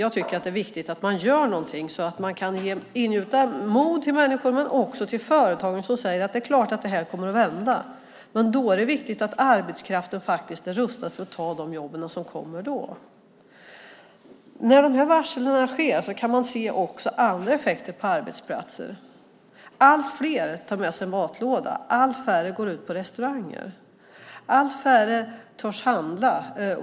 Jag tycker att det är viktigt att man gör något så att man kan ingjuta mod i människor men också i företagen så att de säger att det här kommer att vända. Men då är det viktigt att arbetskraften är rustad för att ta de jobb som kommer då. När dessa varsel sker kan man se andra effekter på arbetsplatser. Allt fler tar med sig matlåda. Allt färre går ut på restauranger. Allt färre törs handla.